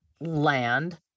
land